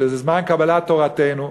שזה זמן קבלת תורתנו,